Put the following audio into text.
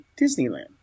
Disneyland